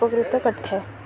ଉପକୃତ କରିଥାଏ